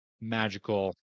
magical